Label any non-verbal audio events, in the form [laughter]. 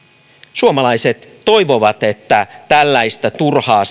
suomalaiset toivovat että tällaista turhaa [unintelligible]